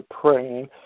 praying